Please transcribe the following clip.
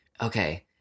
okay